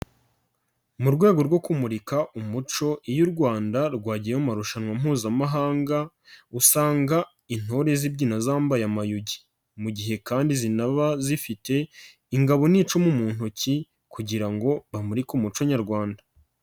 Mu rwego rwo kumurika umuco iyo u Rwanda rwagiye mu marushanwa mpuzamahanga, usanga intore zibyina zamba amayugi. Mu gihe kandi zinaba zifite ingabo n'icumu mu ntoki kugira ngo bamurike umuco nyarwanda.